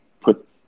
put